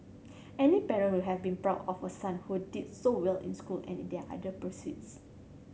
any parent would have been proud of a son who did so well in school and in there other pursuits